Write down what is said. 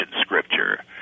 scripture